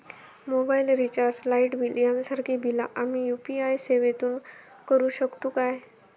Mobile recharge, light bill यांसारखी बिला आम्ही यू.पी.आय सेवेतून करू शकतू काय?